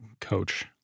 coach